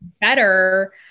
better